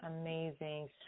amazing